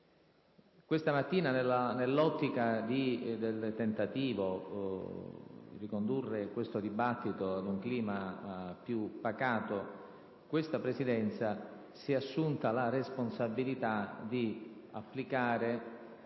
Questa mattina, nell'ottica di condurre questo dibattito ad un clima più pacato, questa Presidenza si è assunta la responsabilità di applicare